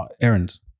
errands